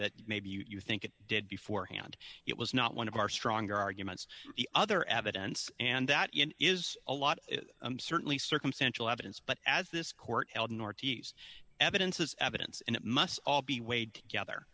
that maybe you think it did before hand it was not one of our stronger arguments the other evidence and that is a lot certainly circumstantial evidence but as this court ne evidence is evidence and it must all be weighed together